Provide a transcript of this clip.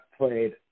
played